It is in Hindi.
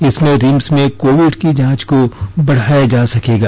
इससे रिम्स में कोविड की जांच को बढ़ाया जा सकेगा